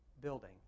building